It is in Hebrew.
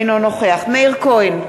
אינו נוכח מאיר כהן,